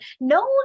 no